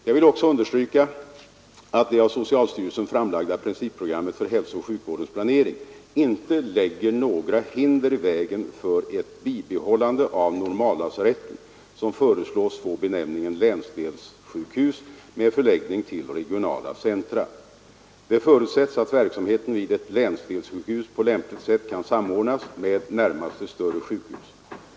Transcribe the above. Jag vill också understryka att det av socialstyrelsen framlagda principprogrammet för hälsooch sjukvårdsplaneringen inte lägger några hinder i vägen för ett bibehållande av normallasaretten, som föreslås få benämningen länsdelssjukhus med förläggning till regionala centra. Det förutsätts att verksamheten vid ett länsdelssjukhus på lämpligt sätt kan samordnas med närmaste större sjukhus.